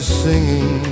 singing